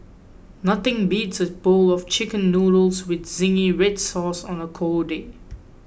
nothing beats a bowl of chicken noodles with zingy red sauce on a cold day